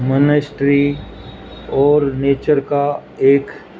ministry اور nature کا ایک